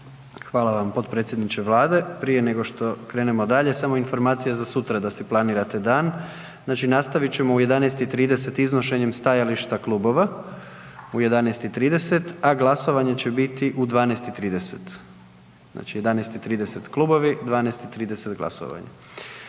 Hvala vam potpredsjedniče Vlade. Prije nego što krenemo dalje samo informacija za sutra da si planirate dan. Znači nastavit ćemo u 11:30 iznošenjem stajališta klubova u 11:30, a glasovanje će biti u 12:30, znači 11:30 klubovi, 12:30 glasovanje.